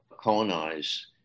colonize